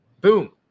Boom